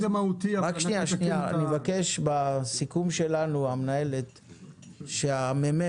נבקש בסיכום שלנו מנהלת הוועדה שמרכז